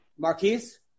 Marquise